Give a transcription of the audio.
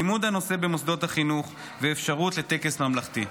לימוד הנושא במוסדות החינוך ואפשרות לטקס ממלכתי.